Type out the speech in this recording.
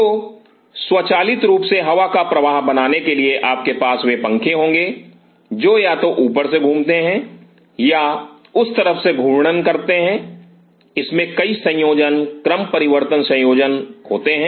तो स्वचालित रूप से हवा का प्रवाह बनाने के लिए आपके पास वे पंखे होंगे जो या तो ऊपर से घूमते हैं या उस तरफ से घूर्णन करते हैं इसमें कई संयोजन क्रमपरिवर्तन संयोजन होते हैं